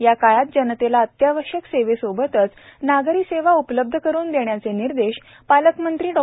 या काळात जनतेला अत्यावश्यक सेवेसोबतच नागरी सेवा उपलब्ध करुन देण्याचे निर्देश पालकमंत्री डॉ